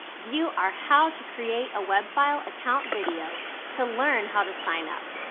view our how to create a webfile account video to learn how to sign up.